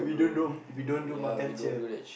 we don't do if we don't do makan cheer